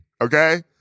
Okay